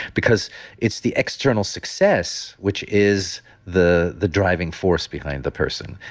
because it's the external success, which is the the driving force behind the person.